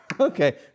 okay